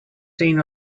seen